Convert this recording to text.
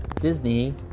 Disney